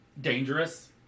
dangerous